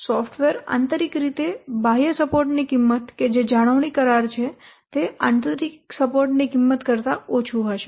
software આંતરિક રીતે બાહ્ય સપોર્ટની કિંમત કે જે જાળવણી કરાર છે તે આંતરિક સપોર્ટની કિંમત કરતા ઓછું હશે